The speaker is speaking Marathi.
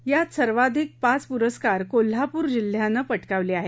यात सर्वाधिक पाच पुरस्कार कोल्हापूर जिल्हयानं पटकावले आहेत